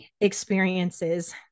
experiences